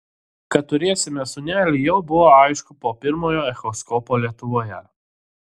kad turėsime sūnelį jau buvo aišku po pirmojo echoskopo lietuvoje